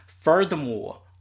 furthermore